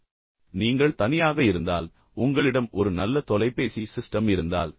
பெரும்பாலான நேரங்களில் நீங்கள் தனியாக இருந்தால் பின்னர் உங்களிடம் ஒரு நல்ல தொலைபேசி சிஸ்டம் இருந்தால்